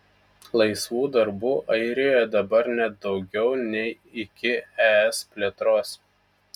laisvų darbų airijoje dabar net daugiau nei iki es plėtros